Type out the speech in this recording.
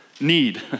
need